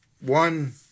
one